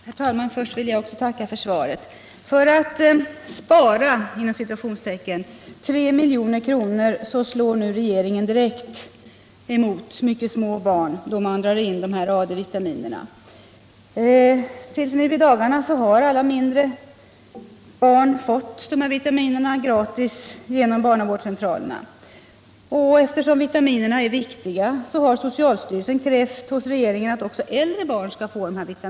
Herr talman! Först vill också jag tacka för svaret. För att ”spara” 3 milj.kr. slår regeringen nu direkt mot mycket små barn, då man drar in AD-vitaminerna. Till nu i dagarna har alla mindre barn fått dessa vitaminer gratis genom barnavårdscentralerna. Eftersom vitaminerna är viktiga har socialstyrelsen krävt hos regeringen att också äldre barn skall få dem.